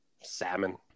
Salmon